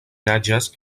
naĝas